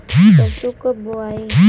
सरसो कब बोआई?